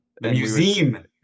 Museum